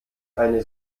eine